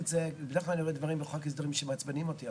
בדרך כלל אני רואה דברים בחוק ההסדרים שמעצבנים אותי,